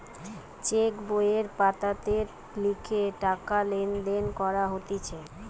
check বইয়ের পাতাতে লিখে টাকা লেনদেন করা হতিছে